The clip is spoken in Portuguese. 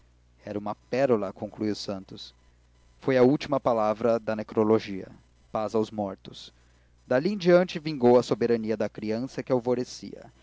era uma pérola concluiu santos foi a última palavra da necrologia paz aos mortos dali em diante vingou a soberania da criança que alvorecia